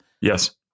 Yes